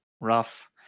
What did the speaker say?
rough